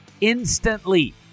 instantly